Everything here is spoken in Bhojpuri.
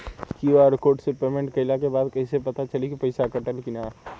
क्यू.आर कोड से पेमेंट कईला के बाद कईसे पता चली की पैसा कटल की ना?